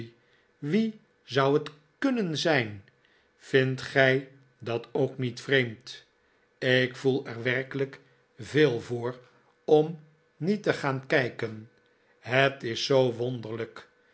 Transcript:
wie zou het k u n n e n zijn vindt gij dat ook niet vreemd ik voel er werkelijk veel voor om niet te gaan kijken het is zoo wonderlijk